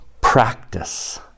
practice